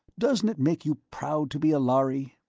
doesn't it make you proud to be a lhari?